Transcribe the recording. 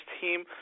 team